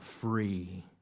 free